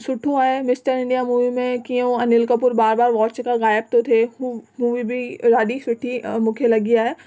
सुठो आहे mister India movie में कीअं उहो अनिल कपूर बार बार वॉच खां ग़ाइब थो थिए उहो मूवी बि ॾाढी सुठी मूंखे लॻी आहे